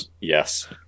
Yes